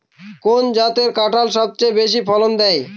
কোন জাতের কাঁঠাল সবচেয়ে বেশি ফলন দেয়?